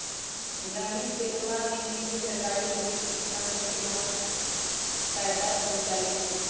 ग्रामीण क्षेत्रवा में कृषि सरकारी समिति किसान सब के बहुत फायदा पहुंचावीत हई